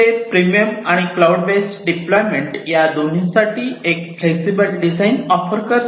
हे प्रीमियम आणि cloud based deployment या दोन्हीसाठी एक फ्लेक्सिबल डिझाइन ऑफर करते